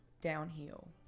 downhill